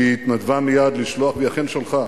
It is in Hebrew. היא התנדבה מייד לשלוח, והיא אכן שלחה,